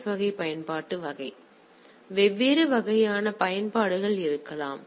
S வகை பயன்பாட்டு வகை எனவே வெவ்வேறு வகையான பயன்பாடுகள் இருக்கலாம்